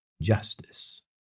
justice